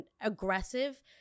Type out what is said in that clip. aggressive